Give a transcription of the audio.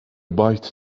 bite